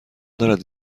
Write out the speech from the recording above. دارد